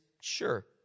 Sure